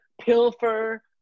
pilfer